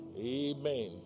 amen